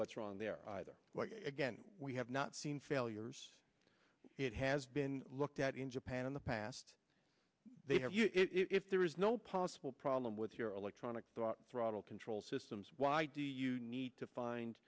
what's wrong there either again we have not seen failures it has been looked at in japan in the past they have if there is no possible problem with your electronic throttle control systems why do you need to find